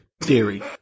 theory